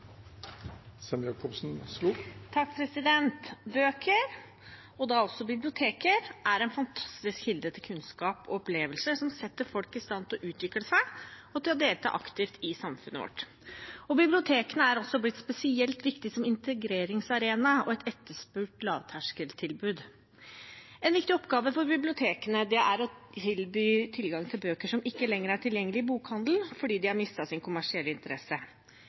kunnskap og opplevelser som setter folk i stand til å utvikle seg og delta aktivt i samfunnet. Bibliotekene er også blitt spesielt viktige som integreringsarena og et etterspurt lavterskeltilbud. En viktig oppgave for bibliotekene er å tilby tilgang til bøker som ikke lenger er tilgjengelige i bokhandel fordi de har mistet sin kommersielle interesse.